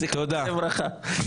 זיכרונה לברכה.